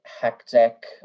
hectic